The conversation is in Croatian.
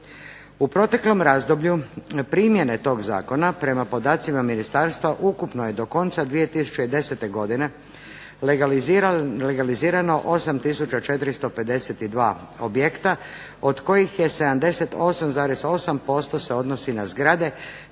U proteklom razdoblju primjene tog zakona prema podacima ministarstva ukupno je do konca 2010. godine legalizirano 8 tisuća 452 objekta od kojih je 78,8% se odnosi na zgrade